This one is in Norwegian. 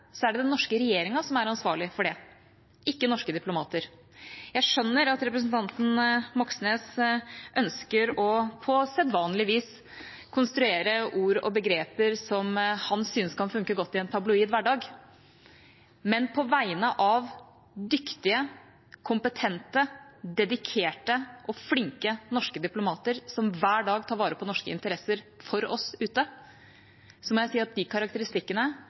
er det den norske regjeringa som er ansvarlig for det, ikke norske diplomater. Jeg skjønner at representanten Moxnes på sedvanlig vis ønsker å konstruere ord og begreper som han syns kan fungere godt i en tabloid hverdag, men på vegne av dyktige, kompetente, dedikerte og flinke norske diplomater, som hver dag tar vare på norske interesser for oss ute, må jeg si at de karakteristikkene